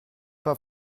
pas